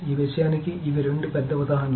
ఈ విషయానికి ఇవి రెండు పెద్ద ఉదాహరణలు